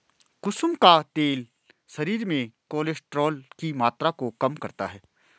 कुसुम का तेल शरीर में कोलेस्ट्रोल की मात्रा को कम करता है